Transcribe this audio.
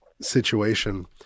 situation